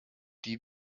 die